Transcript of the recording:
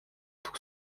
tout